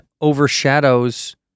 overshadows